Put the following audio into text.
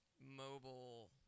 mobile